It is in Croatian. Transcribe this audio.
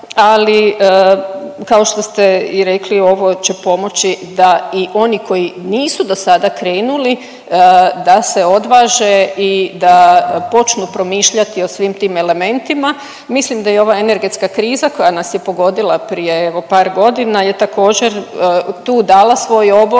ali kao što ste i rekli ovo će pomoći da i oni koji nisu do sada krenuli, da se odvaže i da počnu promišljati o svim tim elementima. Mislim da je i ova energetska kriza koja nas je pogodila prije evo par godina je također tu dala svoj obol